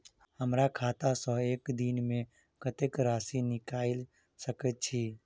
हमरा खाता सऽ एक दिन मे कतेक राशि निकाइल सकै छी